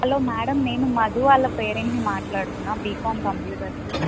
hello madam నేను మధు వాళ్ళ పేరెంట్ని మాట్లాడుతున్నాను బీకామ్ కంప్యూటర్స్